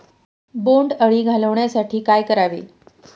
बोंडअळी घालवण्यासाठी काय करावे?